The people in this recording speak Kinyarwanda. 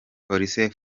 police